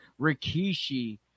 Rikishi